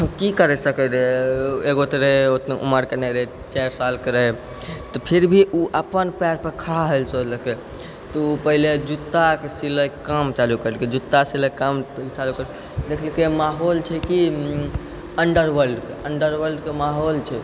की कर सकै रहै एगो तऽ रहै ओतनो उमरके नहि रहै चारि सालके रहा फिर भी उ अपन पयरपर खड़ा होइ लए सोचलकै तऽ उ पहिले जूत्ताके सिलाइके काम चालू करलकै जूत्ता सिलाइके काम चालू करलकै देखलकै माहौल छै कि अंडरवर्ल्डके अंडरवर्ल्डके माहौल छै